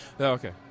Okay